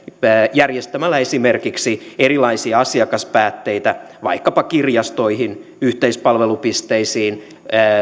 järjestämällä esimerkiksi erilaisia asiakaspäätteitä vaikkapa kirjastoihin yhteispalvelupisteisiin